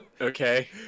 okay